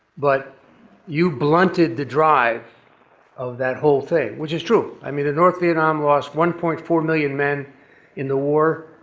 but you blunted the drive of that whole thing, which is true. i mean the north vietnam lost one point four million men in the war.